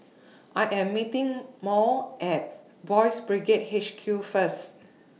I Am meeting Murl At Boys' Brigade H Q First